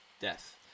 death